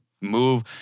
move